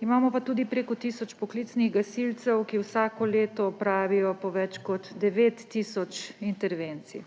Imamo pa tudi preko tisoč poklicnih gasilcev, ki vsako leto opravijo po več kot 9 tisoč intervencij.